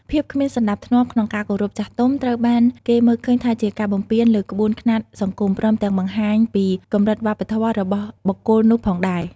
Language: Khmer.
ភាពគ្មានសណ្តាប់ធ្នាប់ក្នុងការគោរពចាស់ទុំ ត្រូវបានគេមើលឃើញថាជាការបំពានលើក្បួនខ្នាតសង្គម ព្រមទាំងបង្ហាញពីកំរិតវប្បធម៌របស់បុគ្គលនោះផងដែរ។